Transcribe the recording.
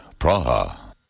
Praha